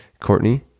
Courtney